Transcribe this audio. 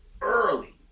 early